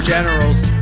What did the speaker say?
Generals